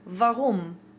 warum